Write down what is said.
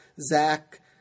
Zach